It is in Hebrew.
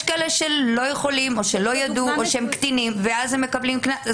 כאלה שלא יכולים או שלא ידעו או שהם קטינים ואז הם מקבלים קנס.